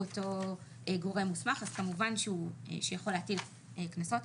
אותו גורם מוסמך שיכול להטיל קנסות,